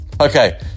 Okay